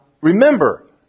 remember